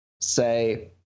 say